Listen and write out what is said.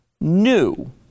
new